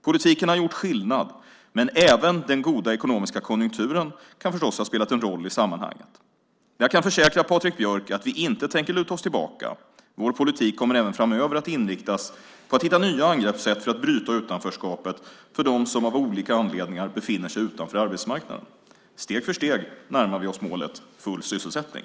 Politiken har gjort skillnad, men även den goda ekonomiska konjunkturen kan förstås ha spelat en roll i sammanhanget. Jag kan försäkra, Patrik Björck, att vi inte tänker luta oss tillbaka. Vår politik kommer även framöver att inriktas på att hitta nya angreppssätt för att bryta utanförskapet för dem som av olika anledningar befinner sig utanför arbetsmarknaden. Steg för steg närmar vi oss målet full sysselsättning.